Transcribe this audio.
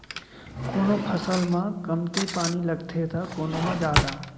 कोनो फसल म कमती पानी लगथे त कोनो म जादा